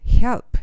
help